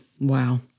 wow